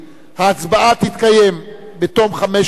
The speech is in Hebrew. ההצבעה תתקיים בתום חמש שעות,